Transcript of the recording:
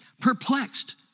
Perplexed